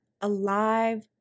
alive